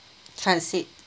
transit